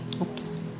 Oops